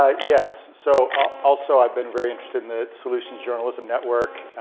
ah yes, so ah also i've been very interested in the solutions journalism network.